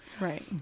Right